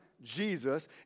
Jesus